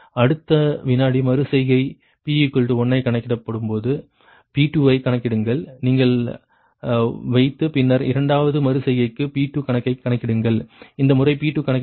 அடுத்த வினாடி மறு செய்கை p 1 ஐக் கணக்கிடும்போது P2 ஐக் கணக்கிடுங்கள் நீங்கள் வைத்து பின்னர் இரண்டாவது மறு செய்கைக்கு P2 கணக்கைக் கணக்கிடுங்கள் இந்த முறை P2 கணக்கிடப்பட்டால் உங்களுக்கு 1